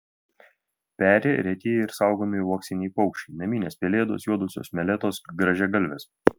peri reti ir saugomi uoksiniai paukščiai naminės pelėdos juodosios meletos grąžiagalvės